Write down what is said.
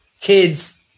kids